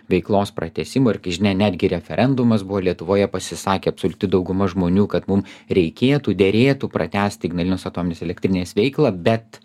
veiklos pratęsimo ir žinia netgi referendumas buvo lietuvoje pasisakė absoliuti dauguma žmonių kad mum reikėtų derėtų pratęst ignalinos atominės elektrinės veiklą bet